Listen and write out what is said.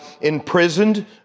imprisoned